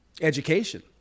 education